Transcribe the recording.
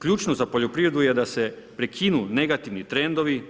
Ključno za poljoprivredu je da se prekinu negativni trendovi,